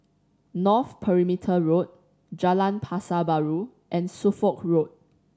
North Perimeter Road Jalan Pasar Baru and Suffolk Road